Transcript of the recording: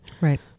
Right